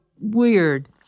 weird